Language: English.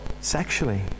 sexually